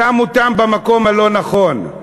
שם אותם במקום הלא-נכון.